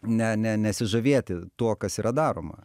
ne ne nesižavėti tuo kas yra daroma